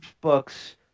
books